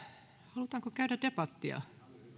halutaanko käydä debattia